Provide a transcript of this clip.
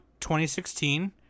2016